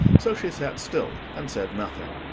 so she sat still and said nothing.